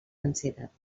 densitat